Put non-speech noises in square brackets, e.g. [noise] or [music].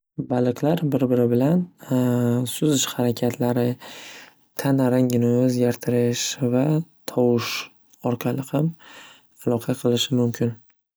Baliqlar bir biri bilan [hesitation] suzish harakatlari, tana rangini o‘zgartirish va tovush orqali ham aloqa qilishi mumkin.